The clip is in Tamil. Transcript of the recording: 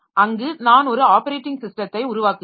அங்கு நான் ஒரு ஆப்பரேட்டிங் ஸிஸ்டத்தை உருவாக்குகிறேன்